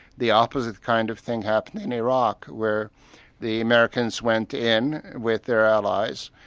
the opposite kind of thing happened in iraq, where the americans went in with their allies,